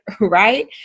right